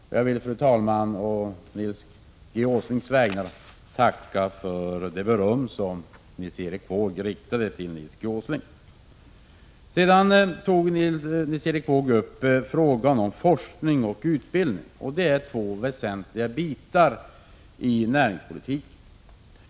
Jag vill, fru talman, å Nils G. Åslings vägnar tacka för de berömmande ord Nils Erik Wååg riktade till Nils G. Åsling. Nils Erik Wååg tog sedan upp frågan om forskning och utbildning, och det är två väsentliga delar i näringspolitiken.